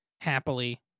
happily